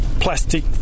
plastic